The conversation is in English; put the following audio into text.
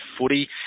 footy